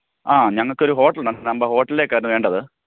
ആ ഞങ്ങൾക്ക് ഒരു ഹോട്ടൽ ഉണ്ട് അപ്പം നമ്പ ഹോട്ടലിലേക്ക് ആയിരുന്നു വേണ്ടത്